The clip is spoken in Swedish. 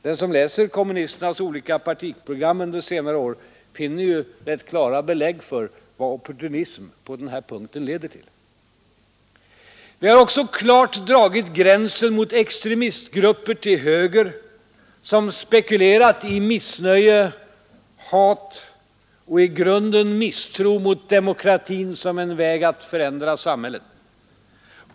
Den som läser kommunisternas olika partiprogram under senare år finner klara belägg för vart opportunism på denna punkt leder. Vi har också klart dragit gränsen mot extremistgrupper till höger, som har spekulerat i missnöje, hat och i grunden misstro mot demokratin som en väg att förändra samhället.